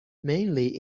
mainly